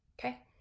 okay